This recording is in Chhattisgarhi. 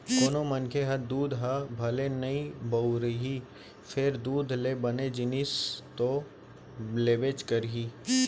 कोनों मनखे ह दूद ह भले नइ बउरही फेर दूद ले बने जिनिस तो लेबेच करही